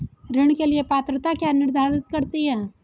ऋण के लिए पात्रता क्या निर्धारित करती है?